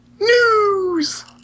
News